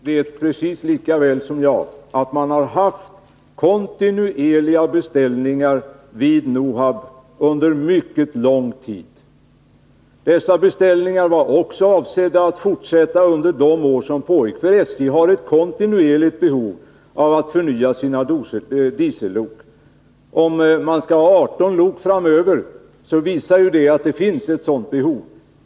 Herr talman! Herr Adelsohn vet precis lika väl som jag att man har haft kontinuerliga beställningar vid NOHAB under mycket lång tid. Dessa beställningar var också avsedda att fortsätta under de närmaste åren. SJ har nämligen kontinuerligt behov av att förnya sin uppsättning av diesellok. Det förhållandet att man tydligen skall ha 18 lok framöver visar att man har ett sådant behov.